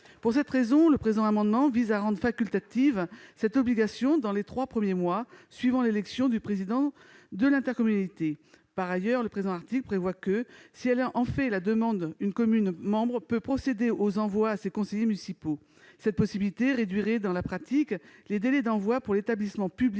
Pour cette raison, le présent amendement vise à rendre facultatif cet envoi dans les trois premiers mois suivant l'élection du président de l'intercommunalité. Par ailleurs, le présent article prévoit que, si elle en fait la demande, une commune membre peut procéder aux envois à ses conseillers municipaux. La mise en oeuvre de cette possibilité réduirait, dans la pratique, les délais d'envoi pour l'établissement public